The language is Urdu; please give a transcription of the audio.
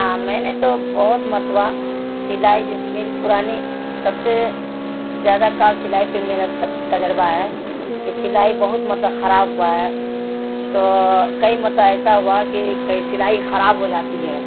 ہاں میں نے تو بہت مرتبہ سلائی جیسے میری پرانی سب سے زیادہ کال سلائی پہ میرا تجربہ ہے کہ سلائی بہت مرتب خراب ہوا ہے تو کئی مرتہ ایسا ہوا کہ کئی سلائی خراب ہو جاتی ہے